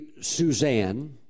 Suzanne